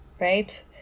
right